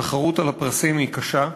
והתחרות על הפרסים קשה.